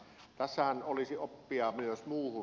tässähän olisi oppia myös muuhun